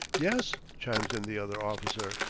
yes, chimes in the other officer,